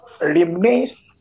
remains